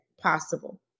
possible